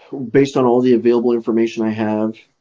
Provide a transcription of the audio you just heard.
based on all the available information i have.